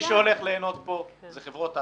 מי שהולך ליהנות כאן, אלה חברות האשראי.